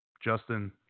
Justin